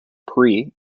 pre